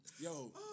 Yo